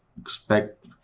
expect